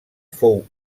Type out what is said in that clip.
fou